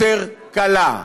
יותר קלה.